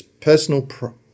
personal